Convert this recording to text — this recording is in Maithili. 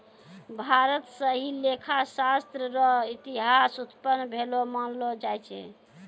भारत स ही लेखा शास्त्र र इतिहास उत्पन्न भेलो मानलो जाय छै